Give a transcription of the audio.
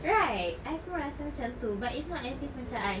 right I pun rasa macam tu but it's not as if macam I